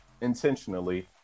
intentionally